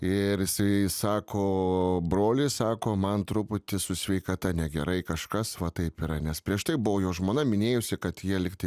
ir jisai sako broli sako man truputį su sveikata negerai kažkas va taip yra nes prieš tai buvo jo žmona minėjusi kad jie lygtai